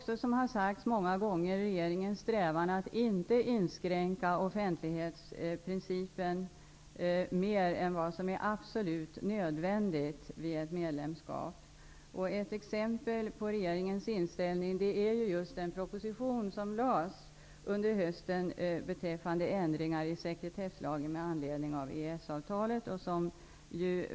Som har sagts många gånger är det regeringens strävan att inte inskränka offentlighetsprincipen mer än vad som är absolut nödvändigt vid ett medlemskap. Ett exempel vad gäller regeringens inställning är just den proposition som lades fram i höstas om ändringar i sekretesslagen med anledning av EES-avtalet.